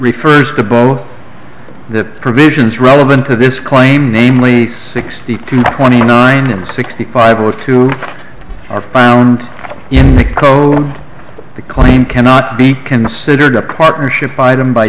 refers to both the provisions relevant to this claim namely sixty two point zero nine and sixty five or two are found in the claim cannot be considered a partnership item by